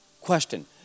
Question